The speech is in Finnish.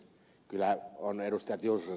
kyllä on ed